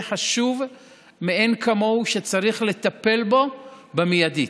חשוב מאין כמוהו ושצריך לטפל בו מיידית.